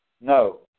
No